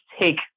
take